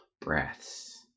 breaths